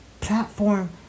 platform